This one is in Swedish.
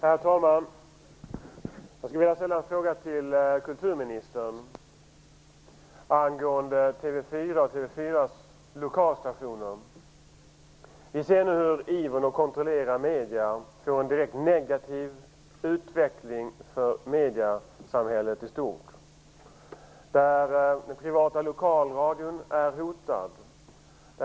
Herr talman! Jag skulle vilja ställa en fråga till kulturministern angående TV 4 och dess lokalstationer. Vi ser nu hur ivern att kontrollera medierna innebär en direkt negativ utveckling för mediesamhället i stort. Den privata lokalradion är hotad.